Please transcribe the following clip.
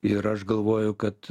ir aš galvoju kad